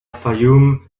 fayoum